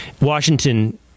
Washington